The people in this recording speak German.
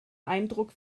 eindruck